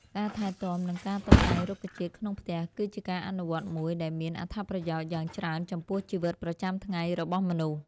ការថែទាំ និងការតុបតែងរុក្ខជាតិក្នុងផ្ទះគឺជាការអនុវត្តមួយដែលមានអត្ថប្រយោជន៍យ៉ាងច្រើនចំពោះជីវិតប្រចាំថ្ងៃរបស់មនុស្ស។